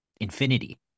Infinity